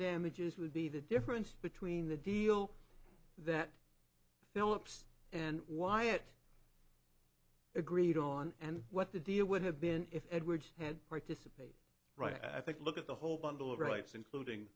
just would be the difference between the deal that philips and wyatt agreed on and what the deal would have been if edwards had participated right i think look at the whole bundle of rights including